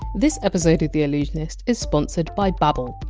this episode of the allusionist is sponsored by babbel,